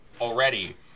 already